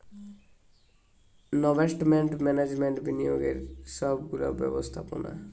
investment management বিনিয়োগের সব গুলা ব্যবস্থাপোনা